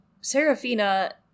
Serafina